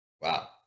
Wow